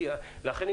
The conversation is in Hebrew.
לכן,